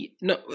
No